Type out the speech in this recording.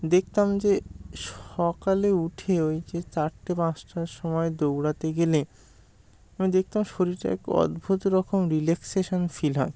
দেখতাম যে সকালে উঠে ওই যে চারটে পাঁচটার সময় দৌড়াতে গেলে আমি দেখতাম শরীরটা এক অদ্ভুত রকম রিল্যাক্সেশান ফিল হয়